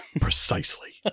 Precisely